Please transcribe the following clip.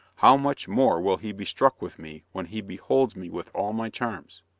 how much more will he be struck with me when he beholds me with all my charms.